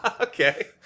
Okay